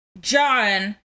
John